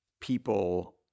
people